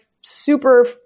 super